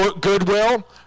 Goodwill